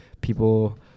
people